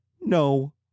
No